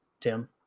Tim